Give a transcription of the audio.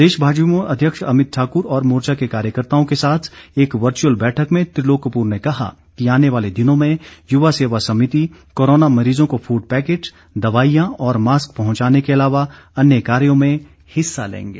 प्रदेश भाजयुमो अध्यक्ष अमित ठाकुर और मोर्चा के कार्यकर्ताओं के साथ एक वर्चुअल बैठक में त्रिलोक कपूर ने कहा कि आने वाले दिनों में युवा सेवा समिति कोरोना मरीजों को फूड पैकेट दवाईयां और मास्क पहुंचाने के अलावा अन्य कार्यों में हिस्सा लेंगे